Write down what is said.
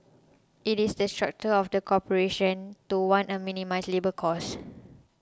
it's the structure of the corporation to want to minimise labour costs